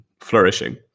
flourishing